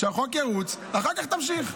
שהחוק ירוץ, אחר כך תמשיך.